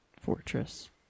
Fortress